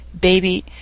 Baby